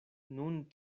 nun